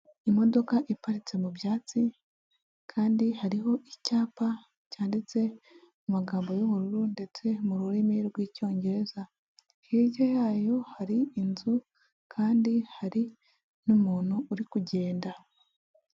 Imodoka iparitse mu byatsi kandi hariho icyapa cyanditse mu magambo y'ubururu ndetse mu rurimi rw'Icyongereza, hirya yayo hari inzu kandi hari n'umuntu uri kugenda.